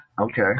Okay